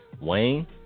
Wayne